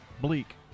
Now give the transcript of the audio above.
bleak